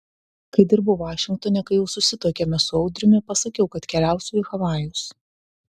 kai dirbau vašingtone kai jau susituokėme su audriumi pasakiau kad keliausiu į havajus